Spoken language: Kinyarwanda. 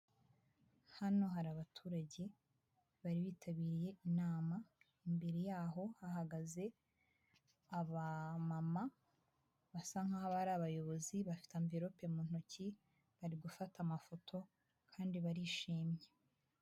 Hano hari abaturage bari bitabiriye inama, imbere yaho hahagaze abamama basa nkaho ari abayobozi bafite envelope mu ntoki, bari gufata amafoto kandi barishimye.